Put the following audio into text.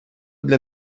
для